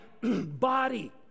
body